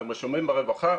אתם רשומים ברווחה?